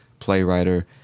playwriter